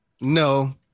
No